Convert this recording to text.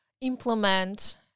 implement